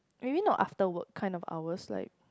maybe not after work kind of hours like